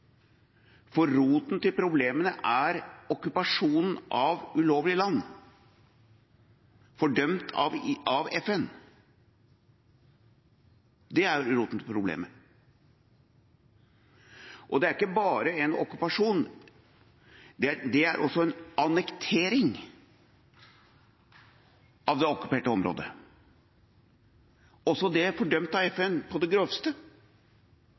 for roten til problemene er den ulovlige okkupasjonen av land, en okkupasjon fordømt av FN. Det er roten til problemet. Og det er ikke bare en okkupasjon, det er også en annektering av det okkuperte området – også det fordømt av FN på det